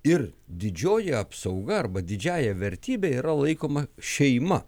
ir didžioji apsauga arba didžiąja vertybė yra laikoma šeima